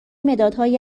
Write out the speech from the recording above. مدادهایی